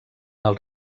els